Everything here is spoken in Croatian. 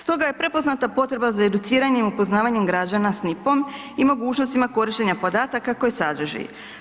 Stoga je prepoznata potreba za educiranjem i upoznavanjem građana s NIPP-om i mogućnostima korištenja podataka koji sadrži.